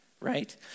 right